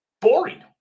boring